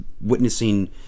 witnessing